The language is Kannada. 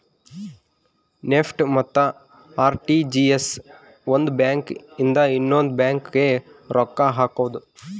ನೆಫ್ಟ್ ಮತ್ತ ಅರ್.ಟಿ.ಜಿ.ಎಸ್ ಒಂದ್ ಬ್ಯಾಂಕ್ ಇಂದ ಇನ್ನೊಂದು ಬ್ಯಾಂಕ್ ಗೆ ರೊಕ್ಕ ಹಕೋದು